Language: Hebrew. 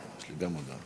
התשע"ו 2016,